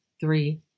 three